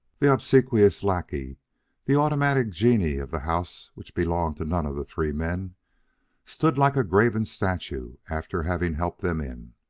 the obsequious lackey the automatic genie of the house which belonged to none of the three men stood like a graven statue after having helped them in.